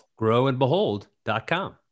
Growandbehold.com